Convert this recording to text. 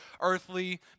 earthly